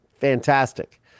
Fantastic